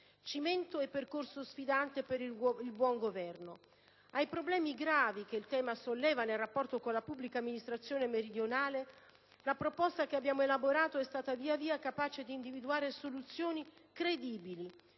cimento e percorso sfidante per il buon governo. Ai problemi gravi che il tema solleva nel rapporto con la pubblica amministrazione meridionale la proposta che abbiamo elaborato è stata via via capace di individuare soluzioni credibili.